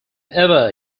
ever